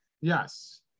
Yes